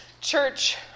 church